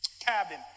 cabin